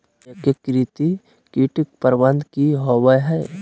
एकीकृत कीट प्रबंधन की होवय हैय?